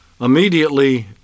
immediately